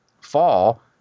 fall